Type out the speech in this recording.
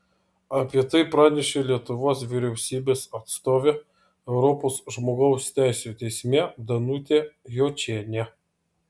apie tai pranešė lietuvos vyriausybės atstovė europos žmogaus teisių teisme danutė jočienė